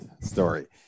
story